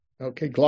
Okay